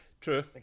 True